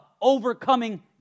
overcoming